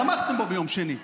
תמכתם בו ביום שני,